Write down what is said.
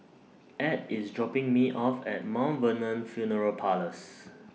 Add IS dropping Me off At Vernon Funeral Parlours